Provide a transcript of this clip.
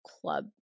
club